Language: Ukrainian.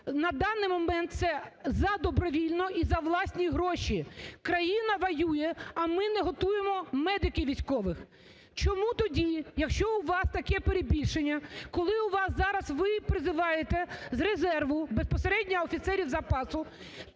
На даний момент це за добровільно і за власні гроші країна воює, а ми не готуємо медиків-військових. Чому тоді, якщо у вас таке перебільшення, коли у вас зараз… ви призиваєте з резерву безпосередньо офіцерів запасу,